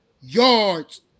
yards